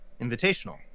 invitational